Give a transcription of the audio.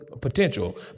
potential